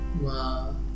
Wow